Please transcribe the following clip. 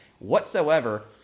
Whatsoever